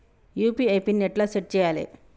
UPI PIN ఎట్లా set చేయాలే?